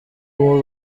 uwo